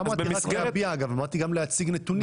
לא אמרתי רק להביע, אמרתי גם להציג נתונים.